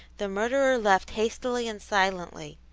the murderer left hastily and silently,